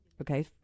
okay